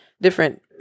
different